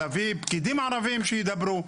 להביא פקידים ערבים שידברו.